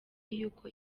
y’uko